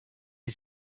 are